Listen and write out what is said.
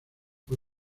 fue